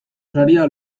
saria